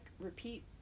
repeat